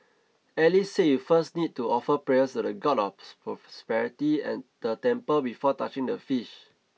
Alice said you first need to offer prayers to the God of Prosperity at the temple before touching the fish